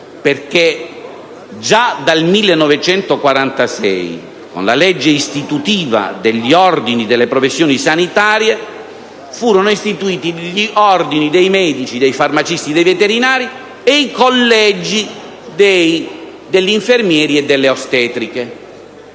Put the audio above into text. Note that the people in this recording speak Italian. perché già dal 1946, con la legge istitutiva degli ordini e delle professioni sanitarie, furono istituiti gli ordini dei medici, dei farmacisti, dei veterinari e i collegi degli infermieri e delle ostetriche